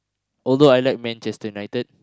although I like Manchester-United